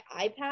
ipad